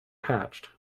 hatched